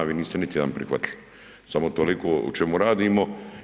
Vi niste niti jedan prihvatili, samo toliko o čemu radimo.